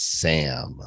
sam